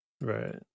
right